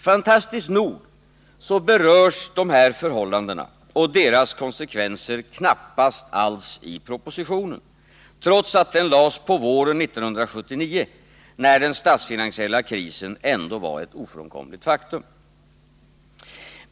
Fantastiskt nog berörs dessa förhållanden och deras konsekvenser knappast alls i propositionen, trots att den lades fram på våren 1979, när den statsfinansiella krisen ändå var ett ofrånkomligt faktum.